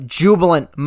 jubilant